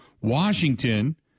Washington